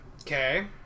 Okay